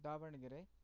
Davanagere